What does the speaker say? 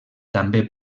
també